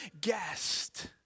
guest